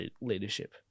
leadership